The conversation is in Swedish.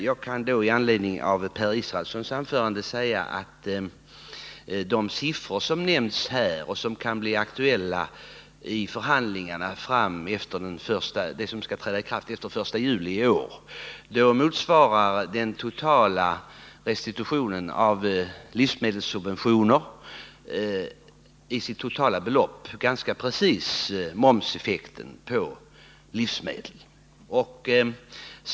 Jag kan i anledning av Per Israelssons anförande säga att de siffror som har nämnts och som kan bli aktuella vid förhandlingarna om vad som skall gälla från den 1 juli i år visar att den totala restitutionen av livsmedelssubventioner ganska precis motsvarar momseffekten på livsmedel.